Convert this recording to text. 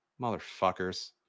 Motherfuckers